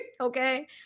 Okay